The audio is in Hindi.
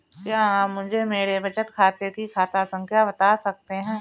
क्या आप मुझे मेरे बचत खाते की खाता संख्या बता सकते हैं?